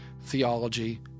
theology